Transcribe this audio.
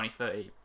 2030